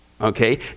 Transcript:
okay